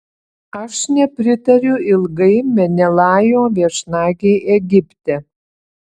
aš nepritariu ilgai menelajo viešnagei egipte